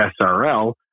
SRL